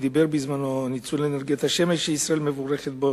לניצול אנרגיית השמש שישראל מבורכת בה,